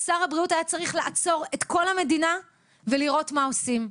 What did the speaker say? שר הבריאות היה צריך לעצור את כל המדינה ולראות מה עושים.